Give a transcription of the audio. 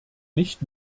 nicht